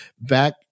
back